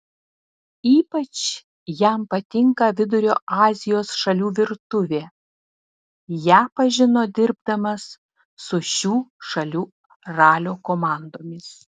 ypač jam patinka vidurio azijos šalių virtuvė ją pažino dirbdamas su šių šalių ralio komandomis